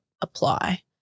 apply